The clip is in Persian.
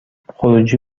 خروجی